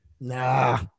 Nah